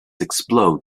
explode